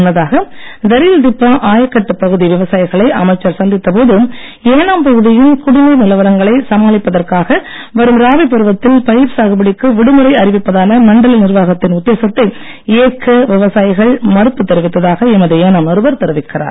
முன்னதாக தரியல்திப்பா ஆயக்கட்டுப் பகுதி விவசாயிகளை அமைச்சர் சந்தித்த போது ஏனாம் பகுதியின் குடிநீர் நிலவரங்களை சமாளிப்பதற்காக வரும் ராபி பருவத்தில் பயிர் சாகுபடிக்கு விடுமுறை அறிவிப்பதான மண்டல நிர்வாகத்தின் உத்தேசத்தை ஏற்க விவசாயிகள் மறுப்பு தெரிவித்ததாக எமது ஏனாம் நிருபர் தெரிவிக்கிறார்